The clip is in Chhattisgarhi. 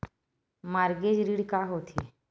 मॉर्गेज ऋण का होथे?